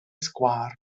sgwâr